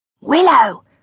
Willow